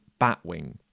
Batwing